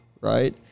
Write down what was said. right